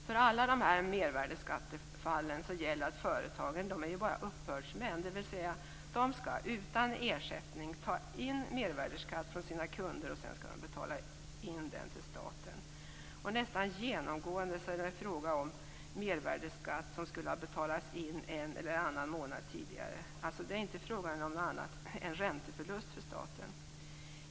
För alla de här mervärdesskattefallen gäller att företagen bara är uppbördsmän, dvs. att de utan ersättning skall ta in mervärdesskatt från sina kunder och betala in den till staten. Nästan genomgående är det fråga om mervärdesskatt som skulle ha betalats in en eller annan månad tidigare. Det är alltså inte fråga om något annat än en ränteförlust för staten.